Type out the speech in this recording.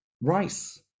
rice